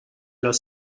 los